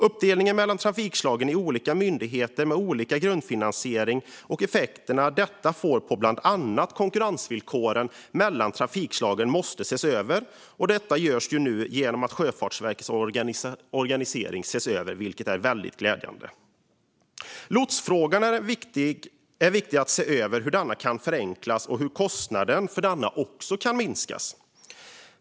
Uppdelningen mellan trafikslagen på olika myndigheter med olika grundfinansiering och effekterna detta får på bland annat konkurrensvillkoren mellan trafikslagen måste ses över. Detta görs nu i och med att Sjöfartsverkets organisering ses över, vilket är glädjande. Lotsverksamheten är viktig att se över vad gäller hur den kan förenklas och hur kostnaden för den kan minskas.